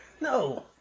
No